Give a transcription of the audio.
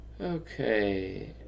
Okay